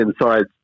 inside